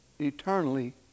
eternally